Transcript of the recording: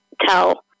tell